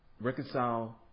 reconcile